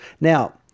Now